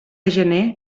gener